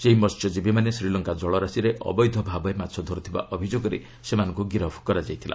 ସେହି ମହ୍ୟଜୀବୀମାନେ ଶ୍ରୀଲଙ୍କା ଜଳରାଶିରେ ଅବୈଧ ଭାବରେ ମାଛ ଧର୍ତ୍ତିବା ଅଭିଯୋଗରେ ସେମାନଙ୍କ ଗିରଫ୍ କରାଯାଇଥିଲା